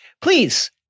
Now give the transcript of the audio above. Please